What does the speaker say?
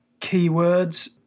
keywords